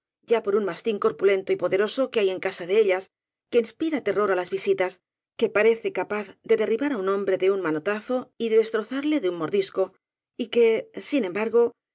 ya por un mastín corpulento y poderoso que hay en casa de ellas que inspira te rror á las visitas que parece capaz de derribar á un hombre de un manotazo y de destrozarle de un mordisco y que sin embargo